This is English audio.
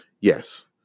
Yes